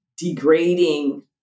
degrading